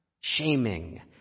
Shaming